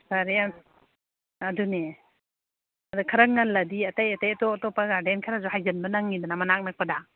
ꯐꯔꯦ ꯌꯥꯝ ꯑꯗꯨꯅꯦ ꯑꯗꯨ ꯈꯔ ꯉꯜꯂꯗꯤ ꯑꯇꯩ ꯑꯇꯩ ꯑꯇꯣꯞ ꯑꯇꯣꯞꯄ ꯒꯥꯔꯗꯦꯟ ꯈꯔꯁꯨ ꯍꯥꯏꯖꯤꯟꯕ ꯅꯪꯏꯗꯅ ꯃꯅꯥꯛ ꯅꯛꯄꯗ